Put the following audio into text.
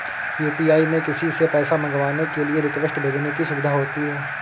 UPI में किसी से पैसा मंगवाने के लिए रिक्वेस्ट भेजने की सुविधा होती है